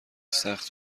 سخت